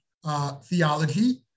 Theology